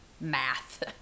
math